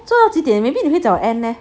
做到几点 maybe 你会早 end leh